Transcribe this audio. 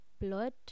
blood